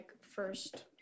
first